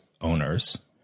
owners